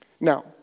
Now